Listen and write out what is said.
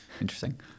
Interesting